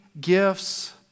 gifts